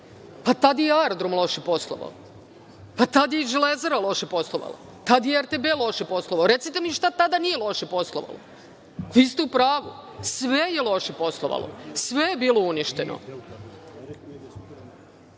Tada je i Aerodrom loše poslovao. Tada je i Železara loše poslovala. Tad je i RTB loše poslovao. Recite mi šta tada nije loše poslovalo? Vi ste u pravu, sve je loše poslovalo. Sve je bilo uništeno.